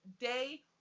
day